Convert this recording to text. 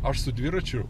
aš su dviračiu